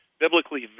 biblically